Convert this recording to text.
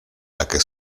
takie